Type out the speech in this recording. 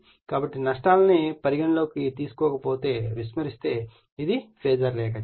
కాబట్టి నష్టాలను పరిగణనలోకి తీసుకోనప్పుడు ఇది ఫాజర్ రేఖాచిత్రం